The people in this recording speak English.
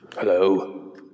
Hello